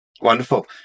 Wonderful